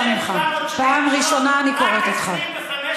1,773 שרפות,